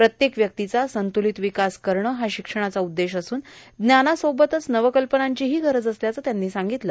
प्रत्येक व्यक्तीचा संत्र्यालत ावकास करणं हा शिक्षणाचा उद्देश असून ज्ञानासोबतच नवकल्पनांचीहा गरज असल्याचं त्यांनी सांगितलं